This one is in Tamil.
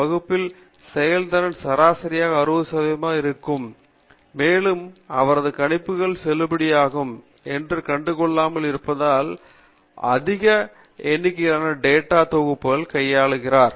வகுப்பில் செயல்திறன் சராசரியாக 60 சதவீதமாக இருக்கக்கூடும் மேலும் அவரது கணிப்புகள் செல்லுபடியாகும் என்று கண்டுகொள்ளாமல் இருப்பதால் அவர் அதிக எண்ணிக்கையிலான டேட்டா த் தொகுப்பை கையாளுகிறார்